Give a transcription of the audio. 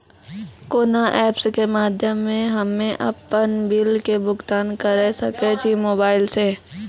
कोना ऐप्स के माध्यम से हम्मे अपन बिल के भुगतान करऽ सके छी मोबाइल से?